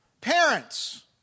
Parents